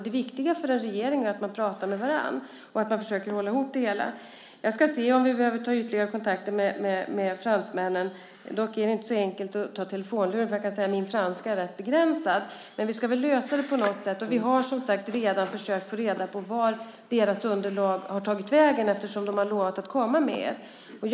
Det viktiga för en regering är att man pratar med varandra och att man försöker hålla ihop det hela. Jag ska se om vi behöver ta ytterligare kontakter med fransmännen. Dock är det inte så enkelt att ta telefonluren, för jag kan säga att min franska är rätt begränsad. Men vi ska väl lösa det på något sätt. Vi har som sagt redan försökt få reda på vart deras underlag har tagit vägen, eftersom de har lovat att komma med det.